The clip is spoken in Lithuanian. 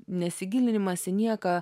nesigilinimas į nieką